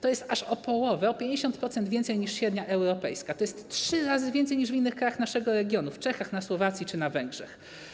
To stanowi aż o połowę, o 50%, więcej niż średnia europejska, to jest trzy razy więcej niż w innych krajach naszego regionu, w Czechach, na Słowacji czy na Węgrzech.